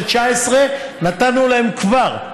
את 2019 נתנו להם כבר.